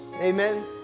amen